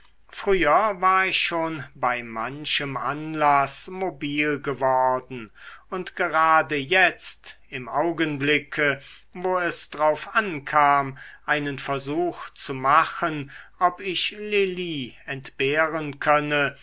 früher war ich schon bei manchem anlaß mobil geworden und gerade jetzt im augenblicke wo es drauf ankam einen versuch zu machen ob ich lili entbehren könne